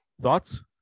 Thoughts